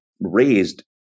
raised